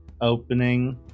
opening